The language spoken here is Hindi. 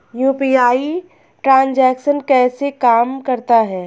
यू.पी.आई ट्रांजैक्शन कैसे काम करता है?